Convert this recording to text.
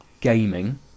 gaming